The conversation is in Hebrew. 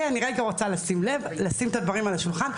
אני רגע רוצה לשים את הדברים על השולחן,